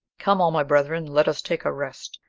come, all my brethren, let us take a rest,